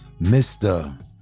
Mr